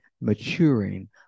maturing